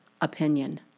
opinion